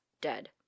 dead